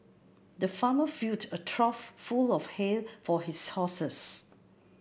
the farmer filled a trough full of hay for his horses